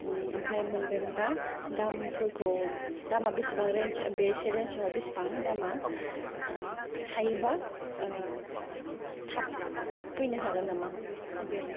आमफाय मोनगोन बा दामफोरखौ दामा बेसेबां रेन्ज बेसे रेन्जावहाय बेसेबां दामा हायोबा थाब फैनो हागोन नामा उबेरा